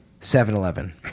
7-Eleven